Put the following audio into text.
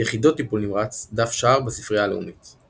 יחידות טיפול נמרץ, דף שער בספרייה הלאומית ==